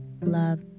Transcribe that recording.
love